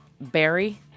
Barry